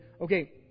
okay